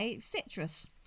Citrus